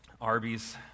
Arby's